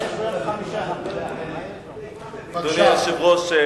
אדוני היושב-ראש,